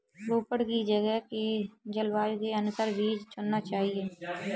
रोपड़ की जगह के जलवायु के अनुसार बीज चुनना चाहिए